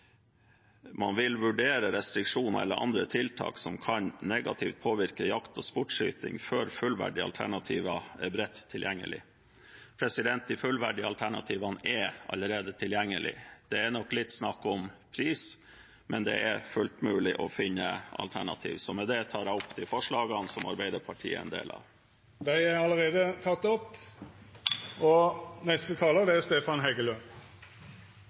restriksjoner eller andre tiltak som kan påvirke jakt og sportsskyting negativt før fullverdige alternativer er bredt tilgjengelig». De fullverdige alternativene er allerede tilgjengelig. Det er nok litt snakk om pris, men det er fullt mulig å finne alternativer. Jeg har lyst til å takke saksordføreren og – igjen – komiteen for et godt samarbeid. Vi har en handlingsplan mot miljøgifter, og